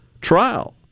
trial